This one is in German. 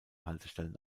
haltestellen